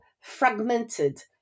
fragmented